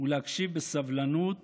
ולהקשיב בסבלנות